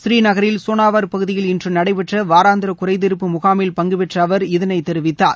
ஸ்ரீநகரில் சோனாவர் பகுதியில் இன்று நடைபெற்ற வாராந்தர குறைதீர்ப்பு முகாமில் பங்குபெற்ற அவர் இதைத் தெரிவித்தார்